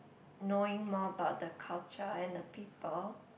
knowing more about the culture and the people